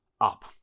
up